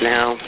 Now